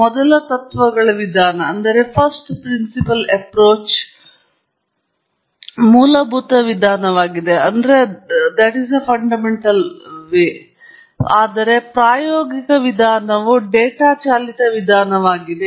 ಮೊದಲ ತತ್ವಗಳ ವಿಧಾನವು ಮೂಲಭೂತ ವಿಧಾನವಾಗಿದೆ ಆದರೆ ಪ್ರಾಯೋಗಿಕ ವಿಧಾನವು ಡೇಟಾ ಚಾಲಿತ ವಿಧಾನವಾಗಿದೆ